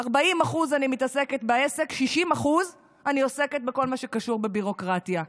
40% אני מתעסקת בעסק ו-60% אני עוסקת בכל מה שקשור בביורוקרטיה.